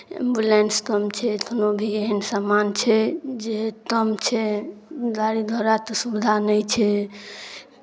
ambulance कम छै कोनो भी एहन सामान छै जे कम छै गाड़ी घोड़ाके सुविधा नहि छै